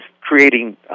creating